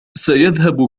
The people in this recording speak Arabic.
سيذهب